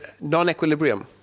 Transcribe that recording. non-equilibrium